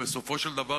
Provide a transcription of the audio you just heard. ובסופו של דבר,